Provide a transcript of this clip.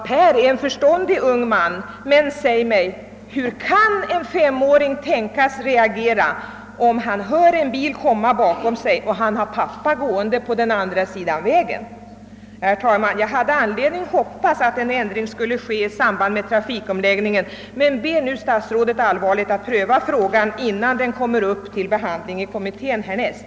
Pär är en förståndig ung man, men säg mig — hur kan en femåring tänkas reagera om han hör en bil komma bakom sig och han har pappa gående på andra sidan vägen? Herr talman! Jag hade anledning hop pas att en ändring skulle ske i samband med trafikomläggningen, men ber nu att statsrådet allvarligt prövar frågan, innan den kommer upp till behandling i kommittén härnäst.